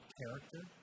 character